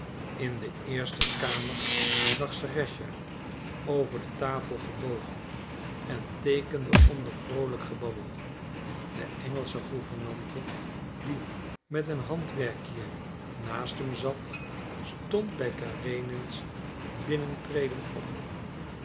in de eerste kamer lag serëscha over de tafel gebogen en teekende onder vroolijk gebabbel de engelsche gouvernante die met een handwerkje naast hem zat stond bij karenins binnentreden op